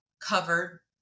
covered